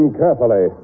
carefully